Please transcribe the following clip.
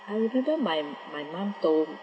I remember my my mum told